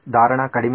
ಧಾರಣ ಕಡಿಮೆಯಾಗಿದೆ